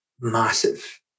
massive